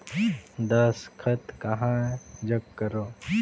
दस्खत कहा जग करो?